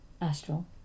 astral